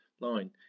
line